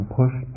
push